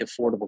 affordable